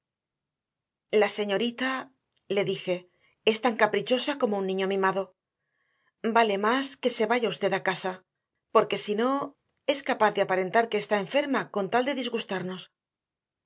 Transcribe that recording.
la señorita le dije es tan caprichosa como un niño mimado vale más que se vaya usted a casa porque si no es capaz de aparentar que está enferma con tal de disgustarnos